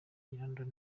london